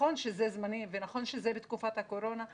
נכון שזה זמני ונכון שזה בתקופת הקורונה,